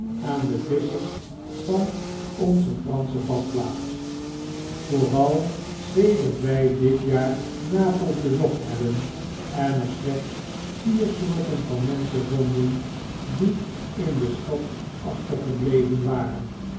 aan de visschers van onze fransche badplaats vooral sedert wy dit jaar napels bezocht hebben en er slechts vier soorten van menschen vonden die in de stad achtergebleven waren